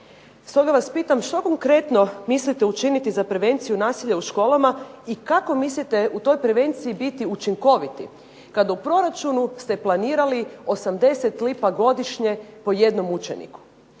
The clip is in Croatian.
Stoga vas pitam što konkretno mislite učiniti za prevenciju nasilja u školama i kako mislite u toj prevenciji biti učinkoviti kad u proračunu ste planirali 80 lipa godišnje po jednom učeniku?